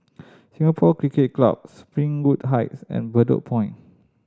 Singapore Cricket Club Springwood Heights and Bedok Point